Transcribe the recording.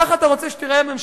ככה אתה רוצה שתיראה ממשלה?